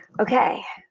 okay,